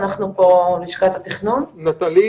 לשכת התכנון,